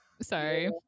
sorry